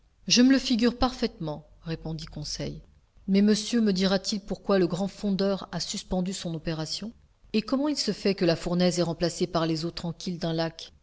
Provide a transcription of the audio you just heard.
je me le figure parfaitement répondit conseil mais monsieur me dira-t-il pourquoi le grand fondeur a suspendu son opération et comment il se fait que la fournaise est remplacée par les eaux tranquilles d'un lac